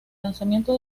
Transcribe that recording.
lanzamiento